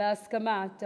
בהסכמה?